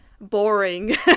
Boring